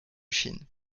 chine